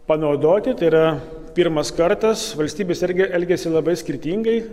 panaudoti tai yra pirmas kartas valstybės irgi elgiasi labai skirtingai